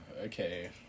okay